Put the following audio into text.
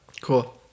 cool